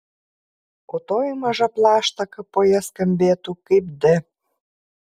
o toji maža plaštaka po ja skambėtų kaip d